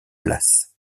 place